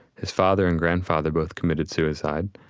his father and grandfather both committed suicide.